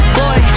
boy